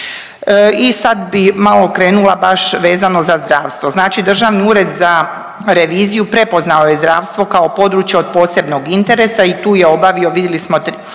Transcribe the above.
I sad bi malo krenula baš vezano za zdravstvo, znači Državni ured za reviziju prepoznao je zdravstvo kao područje od posebnog interesa i tu je obavio, vidili smo,